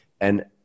And-